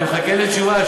אני מחכה לתשובה.